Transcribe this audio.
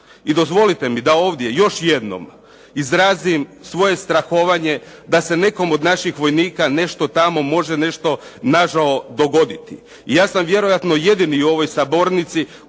I dozvolite mi da ovdje još jednom izrazim svoje strahovanje da se nekom od naših vojnika nešto tamo može, nešto nažao dogoditi. I ja sam vjerojatno jedini u ovoj sabornici